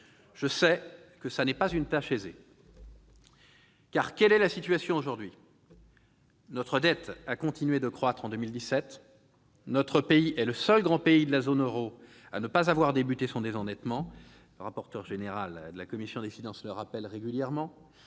Je sais que ce n'est pas une tâche aisée. En effet, quelle est la situation aujourd'hui ? Notre dette a continué de croître en 2017, notre pays est le seul grand État de la zone euro à ne pas avoir débuté son désendettement- M. le rapporteur général de la commission des finances le rappelle régulièrement.